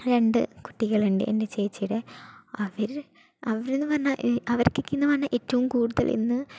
രണ്ടു കുട്ടികൾ ഉണ്ട് എന്റെ ചേച്ചിയുടെ അവര് അവരുന്നു പറഞ്ഞാല് ഏറ്റവും കൂടുതൽ എന്ന്